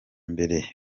mbere